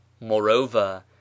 moreover